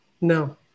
no